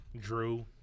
Drew